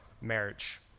marriage